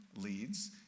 leads